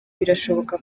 birashoboka